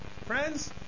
friends